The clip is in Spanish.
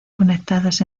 conectadas